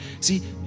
see